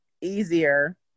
easier